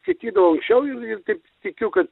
skaitydavo anksčiau ir taip tikiu kad